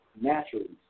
naturally